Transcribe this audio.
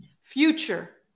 Future